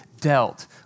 dealt